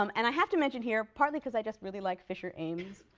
um and i have to mention here partly because i just really like fisher ames,